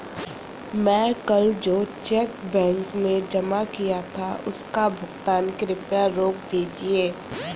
मैं कल जो चेक बैंक में जमा किया था उसका भुगतान कृपया रोक दीजिए